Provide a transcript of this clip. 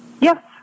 Yes